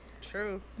True